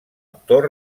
actor